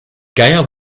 geier